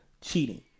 cheating